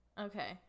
Okay